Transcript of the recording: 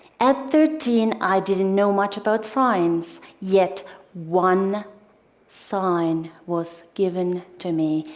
at thirteen, i didn't know much about signs, yet one sign was given to me,